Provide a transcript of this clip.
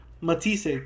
Matisse